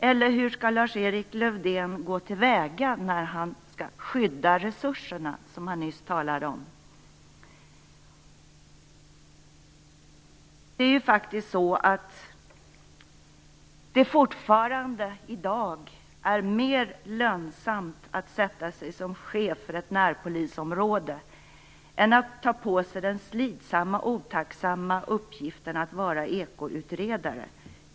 Eller hur skall Lars-Erik Lövdén gå till väga när han skall skydda resurserna, som han nyss talade om? I dag är det faktiskt fortfarande mer lönsamt att sätta sig som chef för ett närpolisområde än att ta på sig den slitsamma och otacksamma uppgiften att vara ekoutredare.